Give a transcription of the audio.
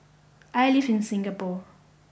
I live in Singapore